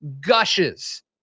gushes